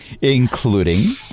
including